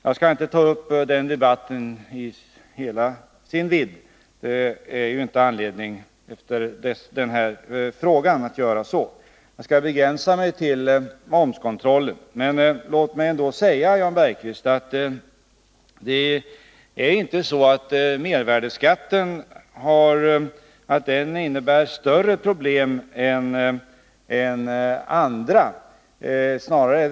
Jag skall inte gå in på den debatten i hela dess vidd, eftersom detinte finns anledning att på grund av den här frågan göra det, utan jag skall begränsa mig till frågan om momskontrollen. Men låt mig ändå säga, Jan Bergqvist, att det inte är så att kontrollen av mervärdeskatten i det här avseendet innebär större problem än andra kontroller.